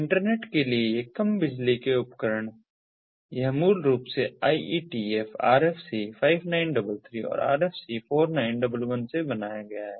internet के लिए ये कम बिजली के उपकरण यह मूल रूप से IETF RFC 5933 और RFC 4911 से बनाया गया है